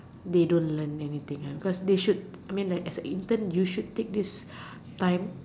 they don't learn anything ah because they should I mean like as a intern you should take this time